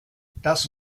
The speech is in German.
das